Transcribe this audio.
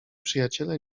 przyjaciele